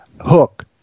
Hook